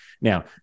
Now